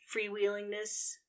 freewheelingness